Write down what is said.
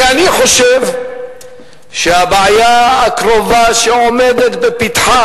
כי אני חושב שהבעיה הקרובה שעומדת בפתח,